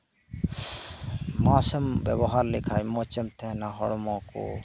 ᱢᱟᱠᱥ ᱮᱢ ᱵᱮᱵᱚᱦᱟᱨ ᱞᱮᱠᱷᱟᱱ ᱢᱚᱸᱡᱽ ᱮᱢ ᱛᱟᱦᱮᱸᱱᱟ ᱦᱚᱲᱢᱚ ᱠᱚ